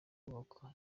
kubakwa